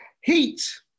Heat